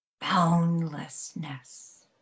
boundlessness